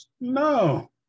No